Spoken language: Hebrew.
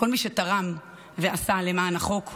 כל מי שתרם ועשה למען החוק.